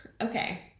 Okay